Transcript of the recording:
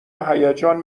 هیجان